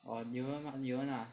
!wah! 有人吗有人吗